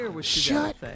Shut